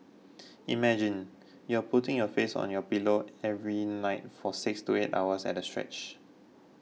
imagine you're putting your face on your pillow every night for six to eight hours at a stretch